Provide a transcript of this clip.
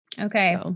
Okay